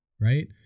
right